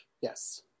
yes